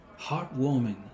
Heartwarming